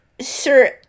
sir